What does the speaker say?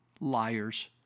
Liars